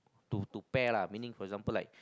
to to pair lah meaning for example like